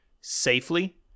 safely